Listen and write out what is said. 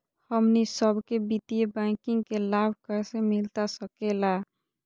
हमनी सबके वित्तीय बैंकिंग के लाभ कैसे मिलता सके ला?